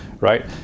right